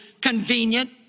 convenient